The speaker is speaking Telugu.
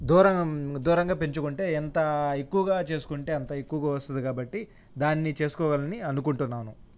దూరం దూరంగా పెంచుకుంటే ఎంత ఎక్కువగా చేసుకుంటే అంత ఎక్కువగా వస్తుంది కాబట్టి దాన్ని చేసుకోవాలని అనుకుంటున్నాను